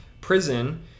prison